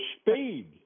speed